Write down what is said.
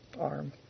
arm